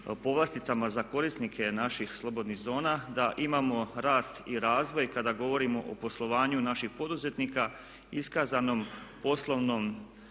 povlasticama za korisnike naših slobodnih zona da imamo rast i razvoj kada govorimo o poslovanju naših poduzetnika, iskazanom poslovnom